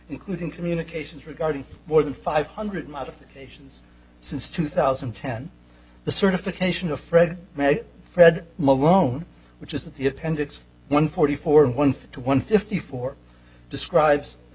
including communications regarding more than five hundred modifications since two thousand and ten the certification of fred fred malone which is the appendix one forty four one five two one fifty four describes the